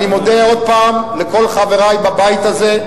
אני מודה עוד פעם לכל חברי בבית הזה,